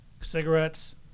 cigarettes